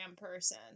person